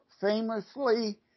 famously